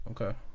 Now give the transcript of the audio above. Okay